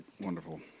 Wonderful